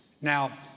Now